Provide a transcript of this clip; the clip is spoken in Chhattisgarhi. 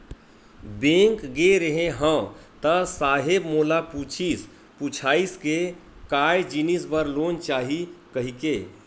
बेंक गे रेहे हंव ता साहेब मोला पूछिस पुछाइस के काय जिनिस बर लोन चाही कहिके?